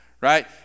right